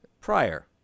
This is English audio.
prior